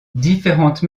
différentes